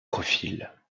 profils